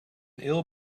ill